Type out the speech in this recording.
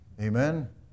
Amen